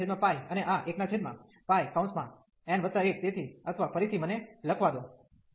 તેથી 1 અને આ 1πn1 તેથી અથવા ફરીથી મને લખવા દો